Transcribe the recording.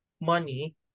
money